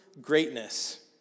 greatness